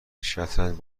شطرنج